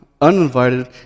uninvited